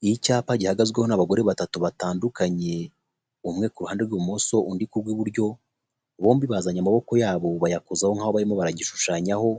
Ni icyapa gihagazweho n'abagore batatu batandukanye, umwe ku ruhande rw'ibumoso undi ku rw'iburyo, bombi bazanye amaboko yabo bayakozaho nk'aho barimo baragishushanyaho,